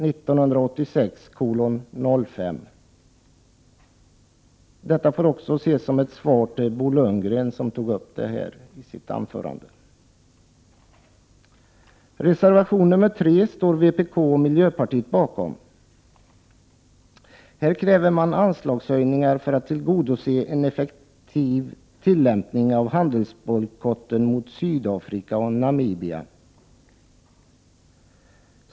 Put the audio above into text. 1988/89:105 , vilket också får ses som ett svar till Bo Lundgren, som tog upp denna fråga i sitt anförande. Reservation nr 3 står vpk och miljöpartiet bakom. Här kräver man anslagshöjningar för att tillgodose en effektiv tillämpning av handelsbojkotten mot Sydafrika och Namibia.